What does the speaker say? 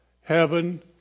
heaven